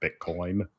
Bitcoin